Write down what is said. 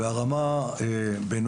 ברמה בין